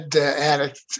addict